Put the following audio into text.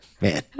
Man